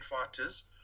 fighters